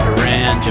Iran